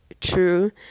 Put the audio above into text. true